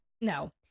no